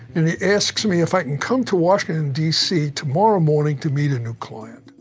and he asks me if i can come to washington dc tomorrow morning to meet a new client.